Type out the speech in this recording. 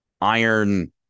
Iron